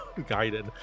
guided